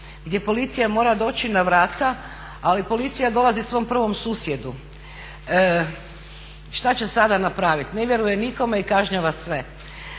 gdje policija mora doći na vrata, ali policija dolazi svom prvom susjedu. Šta će sada napraviti? Ne vjeruje nikome i kažnjava sve.